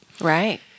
Right